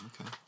okay